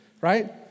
Right